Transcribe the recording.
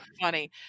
funny